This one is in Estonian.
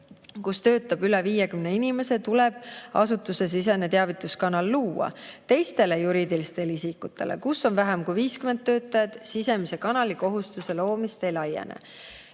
kus töötab üle 50 inimese, tuleb asutusesisene teavituskanal luua. Teistele juriidilistele isikutele, kus on vähem kui 50 töötajat, sisemise kanali loomise kohustus ei laiene.